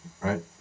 Right